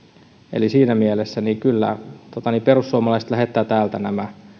eli siinä mielessä perussuomalaiset lähettävät täältä nämä